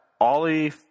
Ollie